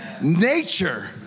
nature